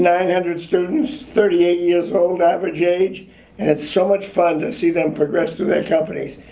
nine hundred students, thirty eight years old average age, and it's so much fun to see them progress through their companies.